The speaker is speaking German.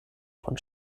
von